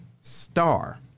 star